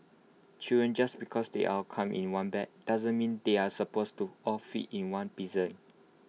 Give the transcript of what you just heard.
children just because they all come in one bag doesn't mean they are supposed to all fit in one piercing